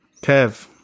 Kev